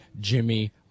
Jimmy